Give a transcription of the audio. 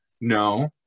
no